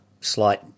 slight